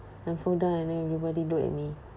I fall down and then everybody look at me